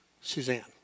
Suzanne